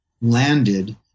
landed